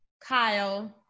kyle